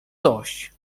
dość